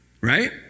Right